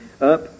Up